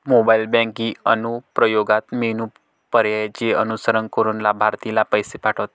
mobile banking अनुप्रयोगात menu पर्यायांचे अनुसरण करून लाभार्थीला पैसे पाठवा